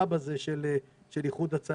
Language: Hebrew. המשאב הזה, של "איחוד הצלה".